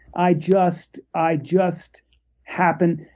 i just i just happen.